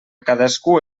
cadascú